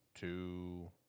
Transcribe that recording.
two